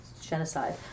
genocide